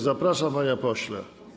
Zapraszam, panie pośle.